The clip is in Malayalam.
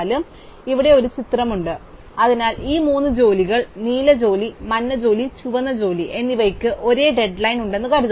അതിനാൽ ഇവിടെ ഒരു ചിത്രം ഉണ്ട് അതിനാൽ ഈ മൂന്ന് ജോലികൾ നീല ജോലി മഞ്ഞ ജോലി ചുവന്ന ജോലി എന്നിവയ്ക്ക് ഒരേ ഡെഡ് ലൈൻ ഉണ്ടെന്ന് കരുതുക